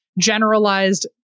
generalized